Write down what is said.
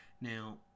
Now